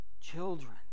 children